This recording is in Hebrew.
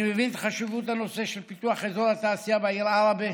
אני מבין את חשיבות הנושא של פיתוח אזור התעשייה בעיר עראבה